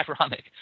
ironic